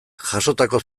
jasotako